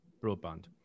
broadband